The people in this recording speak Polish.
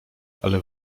ale